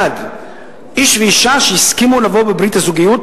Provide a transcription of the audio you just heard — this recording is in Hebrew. איש ואשה שהסכימו לבוא בברית הזוגיות,